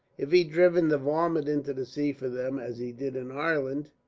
if he'd driven the varmint into the sea for them, as he did in ireland,